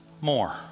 more